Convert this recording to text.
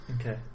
Okay